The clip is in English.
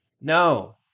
No